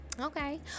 Okay